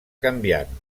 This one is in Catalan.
canviant